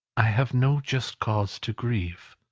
i have no just cause to grieve.